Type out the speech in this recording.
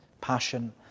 passion